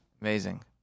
Amazing